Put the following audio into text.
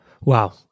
Wow